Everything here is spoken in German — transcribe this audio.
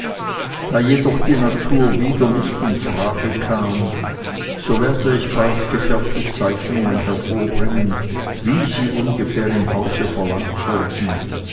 da jedoch die natur wieder nicht in frage kam so lernte ich bald gefärbte zeichnungen hervorbringen wie sie ungefähr im hause verlangt wurden